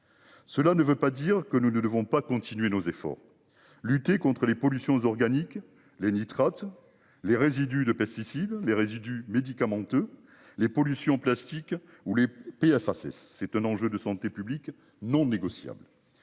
Cela ne veut pas dire que nous ne devons pas continuer nos efforts. Lutter contre les pollutions organiques les nitrates. Les résidus de pesticides. Les résidus médicamenteux les pollution plastique ou les péages. Ça c'est, c'est un enjeu de santé publique non négociable